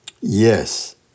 Yes